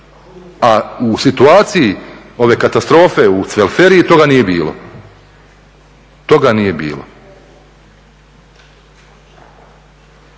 A u situaciji ove katastrofe u Cvelferiji toga nije bilo. Toga nije bilo.